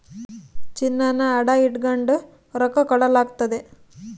ಚಿನ್ನಾನ ಅಡ ಇಟಗಂಡು ರೊಕ್ಕ ಕೊಡಲಾಗ್ತತೆ